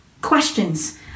Questions